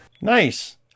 Nice